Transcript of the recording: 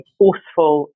forceful